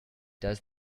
does